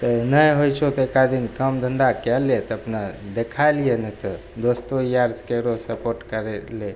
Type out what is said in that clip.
तऽ नहि होइ छौ तऽ एक आध दिन काम धन्धा कैले तऽ अपना देखै लिहेँ नहि तऽ दोस्तो यारसे ककरो सपोर्ट करैले